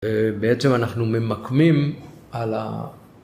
בעצם אנחנו ממקמים על ה...